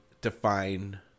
define